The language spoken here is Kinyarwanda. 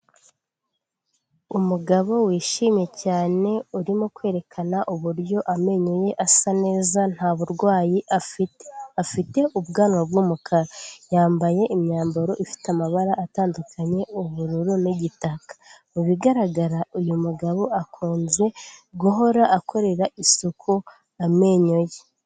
Umugabo wishimye cyane, urimo kwerekana uburyo amenyo ye asa neza, nta burwayi afite, afite ubwanwa bw'umukara, yambaye imyambaro ifite amabara atandukanye, ubururu n'igitaka, mu bigaragara uyu mugabo akunze guhora akorera isuku amenyo ye.